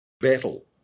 battle